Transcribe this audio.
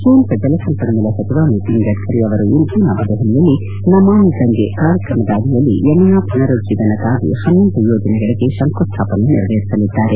ಕೇಂದ್ರ ಜಲಸಂಪನ್ಮೂಲ ಸಚಿವ ನಿತಿನ್ ಗಡ್ಕರಿ ಅವರು ಇಂದು ನವದೆಹಲಿಯಲ್ಲಿ ನಮಾಮಿ ಗಂಗೆ ಕಾರ್ಯಕ್ರಮದ ಅಡಿಯಲ್ಲಿ ಯಮುನಾ ಪುನರುಜ್ಜೀವನಕ್ಕಾಗಿ ಪನ್ನೊಂದು ಯೋಜನೆಗಳಿಗೆ ಶಂಕುಸ್ಥಾಪನೆ ನೆರವೇರಿಸಲಿದ್ದಾರೆ